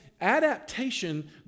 Adaptation